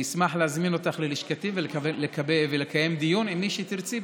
אני אשמח להזמין אותך ללשכתי ולקיים דיון עם מי שתרצי,